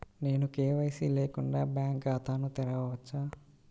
నేను కే.వై.సి లేకుండా బ్యాంక్ ఖాతాను తెరవవచ్చా?